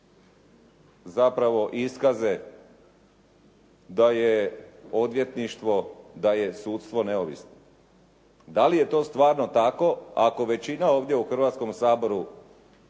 zapravo iskaze da je odvjetništvo, da je sudstvo neovisno. Da li je to stvarno tako ako većina ovdje u Hrvatskom saboru